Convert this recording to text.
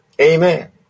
Amen